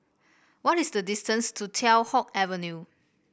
what is the distance to Teow Hock Avenue